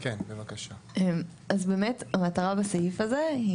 אז המטרה בסעיף הזה,